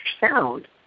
sound